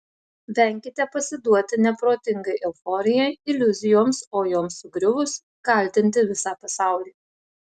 venkite pasiduoti neprotingai euforijai iliuzijoms o joms sugriuvus kaltinti visą pasaulį